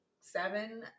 seven